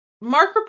Mark